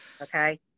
Okay